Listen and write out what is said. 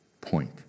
point